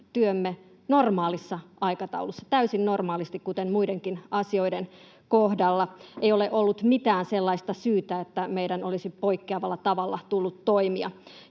työmme normaalissa aikataulussa — täysin normaalisti, kuten muidenkin asioiden kohdalla. Ei ole ollut mitään sellaista syytä, että meidän olisi poikkeavalla tavalla tullut toimia,